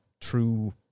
true